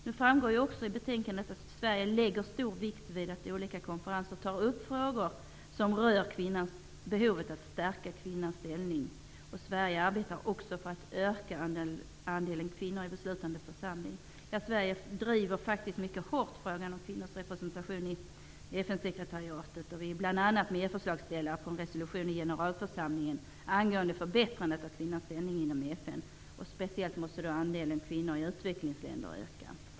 Det framgår i betänkandet att Sverige lägger stor vikt vid att olika konferenser tar upp frågor som rör behovet av att stärka kvinnans ställning. Sverige arbetar också för att öka andelen kvinnor i beslutande församlingar. Sverige driver frågan om kvinnors representation i FN-sekretariatet hårt. Bl.a. är Sverige medförslagsställare på en resolution i generalförsamlingen angående förbättrandet av kvinnans ställning inom FN -- speciellt måste andelen kvinnor från utvecklingsländer öka.